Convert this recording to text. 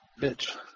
bitch